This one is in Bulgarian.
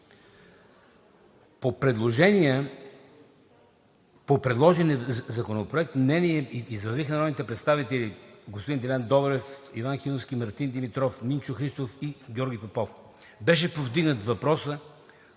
на Комисията. По предложения законопроект мнение изразиха народните представители Делян Добрев, Иван Хиновски, Мартин Димитров, Минчо Христов и Георги Попов. Беше повдигнат въпросът